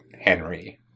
Henry